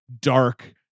dark